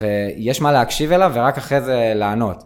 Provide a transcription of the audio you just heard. ויש מה להקשיב אליו ורק אחרי זה לענות.